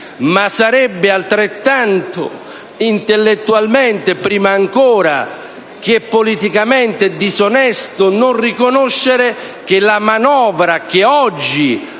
Sarebbe però altrettanto intellettualmente, prima ancora che politicamente, disonesto non riconoscere che la manovra che oggi